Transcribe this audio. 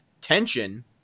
tension